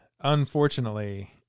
Unfortunately